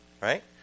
right